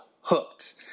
hooked